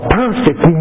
perfect